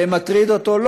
זה מטריד אותו?